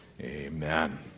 amen